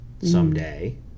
someday